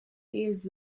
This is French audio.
des